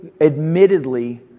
admittedly